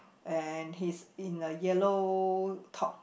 and he is in a yellow top